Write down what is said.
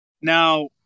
Now